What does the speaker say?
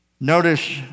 Notice